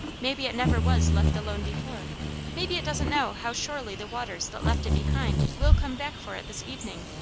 maybe it never was left alone before maybe it doesn't know how surely the waters that left it behind will come back for it this evening.